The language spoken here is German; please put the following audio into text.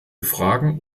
fragen